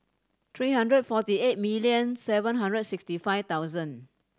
three hundred forty eight million seven hundred and sixty five thousand